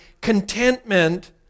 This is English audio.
contentment